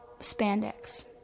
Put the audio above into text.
spandex